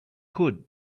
could